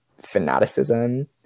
fanaticism